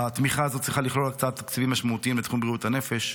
התמיכה הזאת צריכה לכלול הקצאת תקציבים משמעותיים לתחום בריאות הנפש,